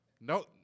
No